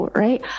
，right？